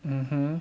mmhmm